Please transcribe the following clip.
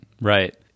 right